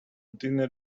dinner